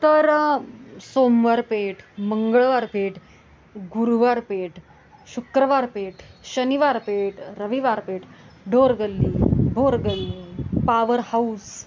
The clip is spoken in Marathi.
तर सोमवार पेठ मंगळवार पेठ गुरुवार पेठ शुक्रवार पेठ शनिवार पेठ रविवार पेठ ढोर गल्ली भोर गल्ली पावर हाऊस